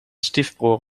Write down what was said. stiefbroer